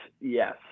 yes